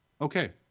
okay